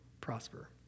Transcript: prosper